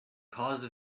cause